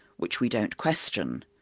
which we don't question,